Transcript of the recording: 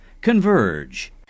converge